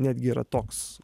netgi yra toks